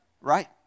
Right